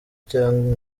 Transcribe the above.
cyangwa